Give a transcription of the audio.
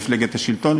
שהיא מפלגת השלטון,